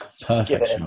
Perfect